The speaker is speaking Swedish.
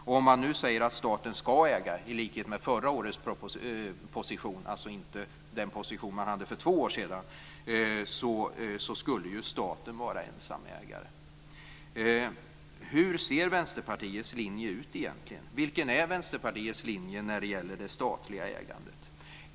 Om man nu säger att staten ska äga, i likhet med förra årets position och inte med den position som man hade för två år sedan, så skulle ju staten vara ensam ägare. Hur ser Vänsterpartiets linje ut egentligen? Vilken är Vänsterpartiets linje när det gäller det statliga ägandet?